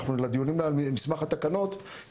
אנחנו בדיונים על מסמך התקנות נציג את הנתונים ואת המשמעות שלהם,